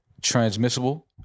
transmissible